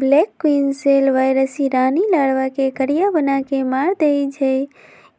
black queen cell virus इ रानी larva के करिया बना के मार देइ छइ